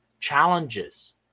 challenges